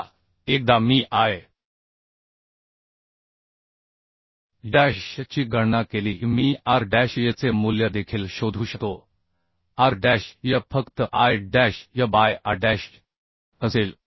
आता एकदा मी I डॅश y ची गणना केली की मी R डॅश yचे मूल्य देखील शोधू शकतो R डॅश y फक्त I dash y by a डॅश असेल